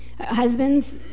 husbands